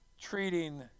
treating